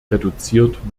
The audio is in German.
reduziert